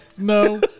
no